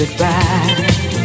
goodbye